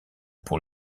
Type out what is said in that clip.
pour